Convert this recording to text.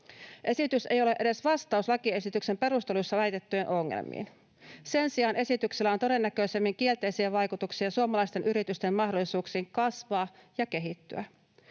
Esitys ei ole edes vastaus lakiesityksen perusteluissa väitettyihin ongelmiin. Sen sijaan esityksellä on todennäköisemmin kielteisiä vaikutuksia suomalaisten yritysten mahdollisuuksiin kasvaa ja kehittyä.